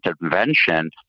intervention